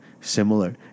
similar